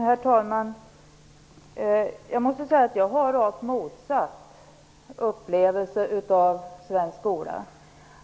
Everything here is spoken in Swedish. Herr talman! Jag måste säga att jag har rakt motsatt upplevelse av svensk skola.